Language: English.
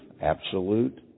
absolute